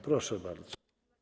Proszę bardzo.